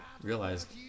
realized